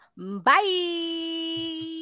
Bye